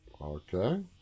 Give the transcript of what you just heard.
Okay